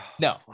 No